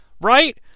Right